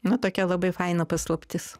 na tokia labai faina paslaptis